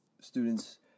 students